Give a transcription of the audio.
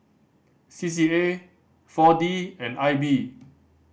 C C A Four D and I B